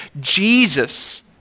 Jesus